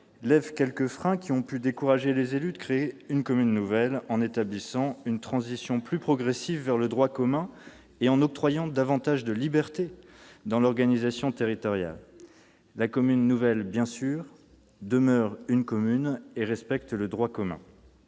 lève quelques freins qui ont pu décourager des élus de créer une commune nouvelle, en établissant une transition plus progressive vers le droit commun et en octroyant davantage de liberté dans l'organisation territoriale. La commune nouvelle, bien sûr, demeure une commune et respecte le droit commun.